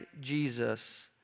Jesus